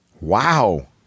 wow